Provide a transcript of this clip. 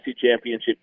championship